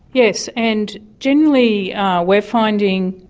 yes, and generally we're finding,